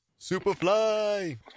Superfly